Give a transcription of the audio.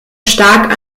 stark